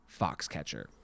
Foxcatcher